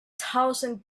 thousand